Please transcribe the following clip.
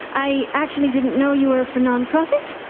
i actually didn't know you were for nonprofit.